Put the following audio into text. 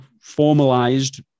Formalized